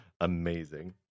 Amazing